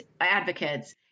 advocates